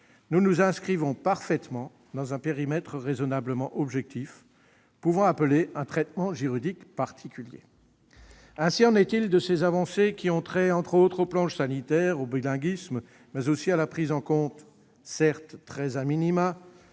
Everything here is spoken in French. nous nous inscrivons parfaitement dans un périmètre raisonnablement objectif pouvant appeler un traitement juridique particulier. Ainsi en est-il de ces avancées qui ont trait, entre autres, au plan sanitaire, au bilinguisme, mais aussi à la prise en compte, certes, de la